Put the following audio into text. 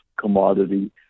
commodity